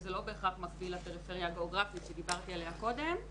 שזה לא בהכרח מקביל לפריפריה הגיאוגרפית שדיברתי עליה קודם.